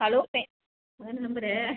hello பெ இதானே number